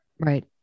Right